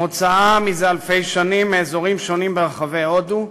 שמוצאה מזה אלפי שנים מאזורים שונים ברחבי הודו,